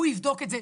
הוא יבדוק את זה.